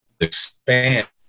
expand